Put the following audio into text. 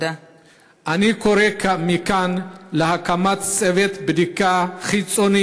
אני קורא מכאן להקמת צוות בדיקה חיצוני